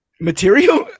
material